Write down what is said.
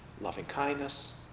loving-kindness